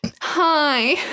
hi